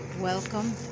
Welcome